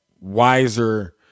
wiser